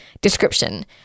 description